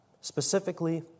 specifically